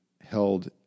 held